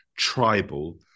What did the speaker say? tribal